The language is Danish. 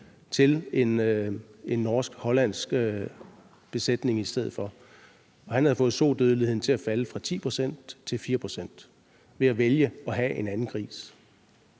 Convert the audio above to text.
til en norsk-hollandsk besætning i stedet for, og han havde fået sodødeligheden til at falde fra 10 pct. til 4 pct. ved at vælge at have en anden type